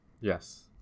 Yes